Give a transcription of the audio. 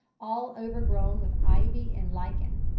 all overgrown with ivy and lichens.